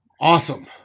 Awesome